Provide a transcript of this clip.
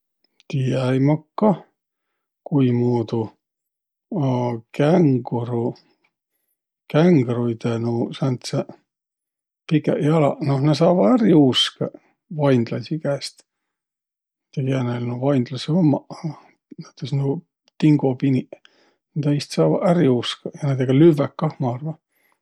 Tii-äi maq kah, kuimuudu känguru, kängruidõ nuuq sääntseq pikäq jalaq, noh, nä saavaq ärq juuskõq vaindlaisi käest. Ei tiiäq, kiä näil nuuq vaindlasõq ummaq, a näütüses nuuq dingopiniq, näide käest saavaq ärq juuskõq ja näidega lüvväq kah, ma arva.